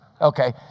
Okay